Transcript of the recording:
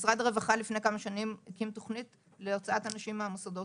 משרד הרווחה לפני כמה שנים הקים תכנית להוצאת אנשים מהמוסדות.